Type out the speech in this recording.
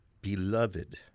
beloved